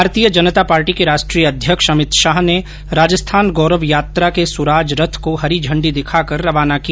मारतीय जनता पार्टी के राष्ट्रीय अध्यक्ष अमित शाह ने राजस्थान गोरव यात्रा के सुराज रथ को हरी झंडी दिखाकर रवाना किया